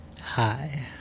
Hi